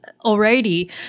already